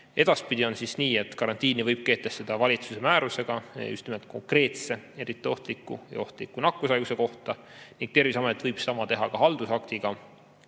Edaspidi hakkaks olema nii, et karantiini võib kehtestada valitsuse määrusega just nimelt konkreetse eriti ohtliku ja ohtliku nakkushaiguse korral ning Terviseamet võib sama teha ka haldusaktiga,